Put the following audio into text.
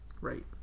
Right